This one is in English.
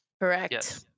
Correct